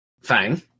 Fang